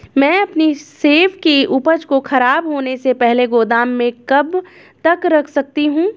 मैं अपनी सेब की उपज को ख़राब होने से पहले गोदाम में कब तक रख सकती हूँ?